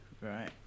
Right